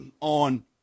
on